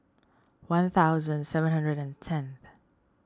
one thousand seven hundred and tenth